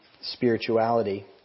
Spirituality